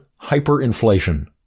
hyperinflation